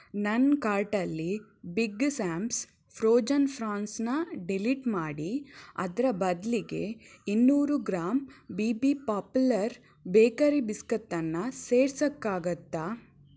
ನನ್ನ ಕಾರ್ಟಲ್ಲಿ Big Sam's frozen ಪ್ರಾನ್ಸನ್ನ ಡಿಲೀಟ್ ಮಾಡಿ ಅದರ ಬದಲಿಗೆ ಇನ್ನೂರು gram B B Popular Bakery ಬಿಸ್ಕತ್ತನ್ನು ಸೇರ್ಸೋಕ್ಕಾಗತ್ತಾ